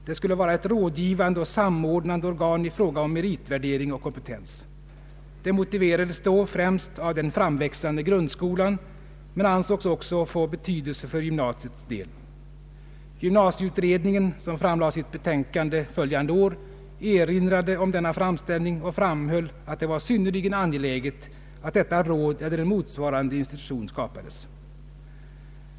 Det skulle vara ett ”rådgivande och samordnande organ i fråga om meritvärdering och kompetens”. Det motiverades då främst av den framväxande grundskolan men ansågs också få betydelse för gymnasiets del. Gymnasieutredningen, som framlade sitt betänkande följande år, erinrade om denna framställning och framhöll att det var synnerligen angeläget att detta råd eller en motsvarande institution skapades.